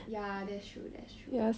ya that's true that's true